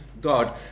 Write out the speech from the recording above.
God